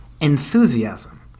Enthusiasm